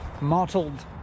Mottled